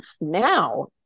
now